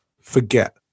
forget